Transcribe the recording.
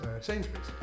Sainsbury's